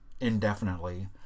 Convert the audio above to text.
indefinitely